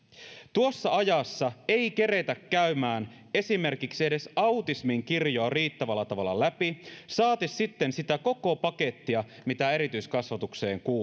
tuossa ajassa ei keretä käymään esimerkiksi edes autismin kirjoa riittävällä tavalla läpi saati sitten sitä koko pakettia mitä erityiskasvatukseen